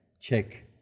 check